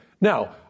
Now